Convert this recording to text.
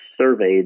surveyed